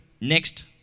next